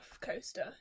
coaster